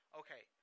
okay